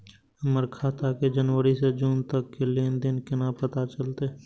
हमर खाता के जनवरी से जून तक के लेन देन केना पता चलते?